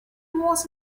was